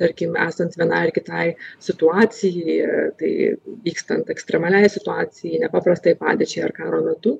tarkim esant vienai ar kitai situacijai tai vykstant ekstremaliai situacijai nepaprastai padėčiai ar karo metu